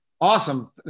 Awesome